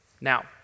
Now